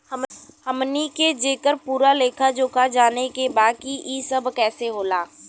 हमनी के जेकर पूरा लेखा जोखा जाने के बा की ई सब कैसे होला?